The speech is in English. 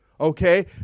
Okay